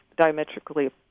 diametrically